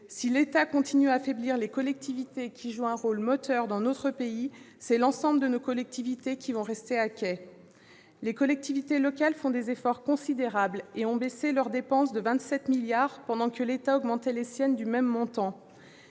Si l'État continue à affaiblir les collectivités qui jouent le rôle de moteur dans notre pays, c'est l'ensemble de nos collectivités qui resteront à quai. Les collectivités locales font des efforts considérables et ont baissé leurs dépenses de 27 milliards d'euros pendant que l'État augmentait les siennes du même montant.